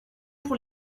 pour